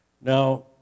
Now